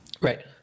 Right